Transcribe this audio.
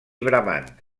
brabant